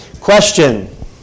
Question